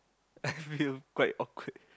I feel quite awkward